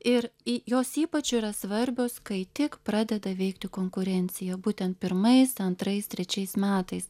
ir į jos ypač yra svarbios kai tik pradeda veikti konkurencija būtent pirmais antrais trečiais metais